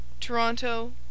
Toronto